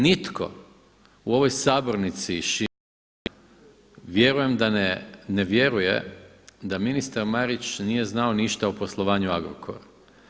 Nitko u ovoj sabornici i šire vjerujem da ne vjeruje da ministar Marić nije znao ništa o poslovanju Agrokora.